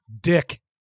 dick